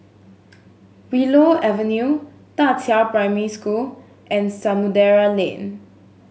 Willow Avenue Da Qiao Primary School and Samudera Lane